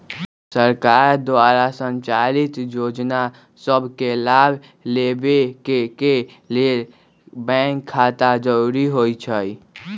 सरकार द्वारा संचालित जोजना सभके लाभ लेबेके के लेल बैंक खता जरूरी होइ छइ